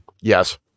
Yes